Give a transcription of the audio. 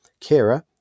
Kira